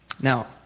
Now